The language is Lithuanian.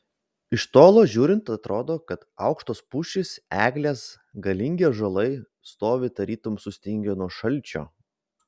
iš tolo žiūrint atrodo kad aukštos pušys eglės galingi ąžuolai stovi tarytum sustingę nuo šalčio